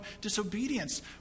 disobedience